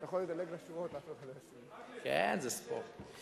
אתה יכול לדלג בשורות, כן, זה ספורט.